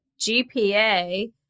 GPA